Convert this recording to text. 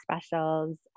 specials